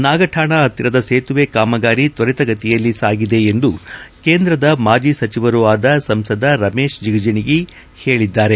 ನಾಗಕಾಣ ಹತ್ತಿರದ ಸೇತುವೆ ಕಾಮಗಾರಿ ತ್ವರಿತಗತಿಯಲ್ಲಿ ಸಾಗಿದೆ ಎಂದು ಕೇಂದ್ರದ ಮಾಜಿ ಸಚಿವರೂ ಆದ ಸಂಸದ ರಮೇಶ ಜಿಗಜಿಣಗಿ ಹೇಳದ್ದಾರೆ